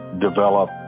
develop